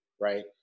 right